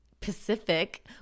Pacific